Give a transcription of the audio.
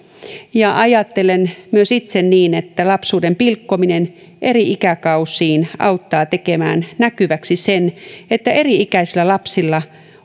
ja ajattelen myös itse niin että lapsuuden pilkkominen eri ikäkausiin auttaa tekemään näkyväksi sen että eri ikäisillä lapsilla